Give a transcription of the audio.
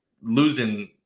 losing